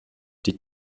die